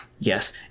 Yes